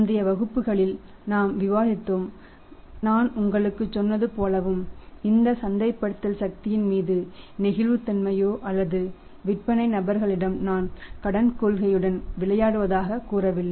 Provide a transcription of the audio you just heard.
முந்தைய வகுப்புகளில் நாம் விவாதித்தோம் நான் உங்களுக்குச் சொன்னது போலவும் இது சந்தைப்படுத்தல் சக்தியின் மீது நெகிழ்வுத்தன்மையோ அல்லது விற்பனைப் நபர்களிடம் நான் கடன் கொள்கையுடன் விளையாடுவதாகக் கூறவில்லை